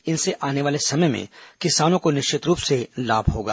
इनसे आने वाले समय में किसानों को निश्चित रूप से लाभ होगा